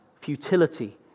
futility